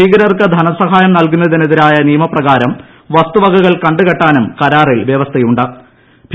ഭീകരർക്ക് ധനസഹായം നൽകുന്നത്ത്നെതിരായ നിയമ പ്രകാരം വസ്തുവകകൾ ക ്യൂഖ്കെട്ടാനും കരാറിൽ വ്യവസ്ഥയു ്